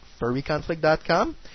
furryconflict.com